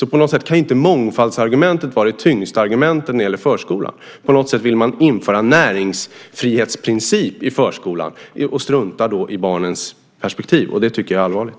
På något sätt kan inte mångfaldsargumentet vara det tyngsta argumentet när det gäller förskolan. På något sätt vill man införa en näringsfrihetsprincip i förskolan och struntar då i barnens perspektiv. Det tycker jag är allvarligt.